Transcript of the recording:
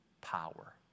power